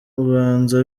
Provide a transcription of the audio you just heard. ubanza